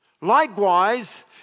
Likewise